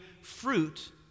fruit